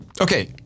Okay